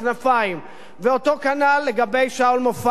ואותו כנ"ל לגבי שאול מופז ומפלגתו,